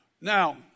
Now